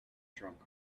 drunk